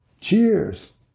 Cheers